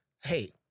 hey